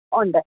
ഉണ്ട്